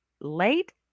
late